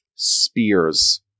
spears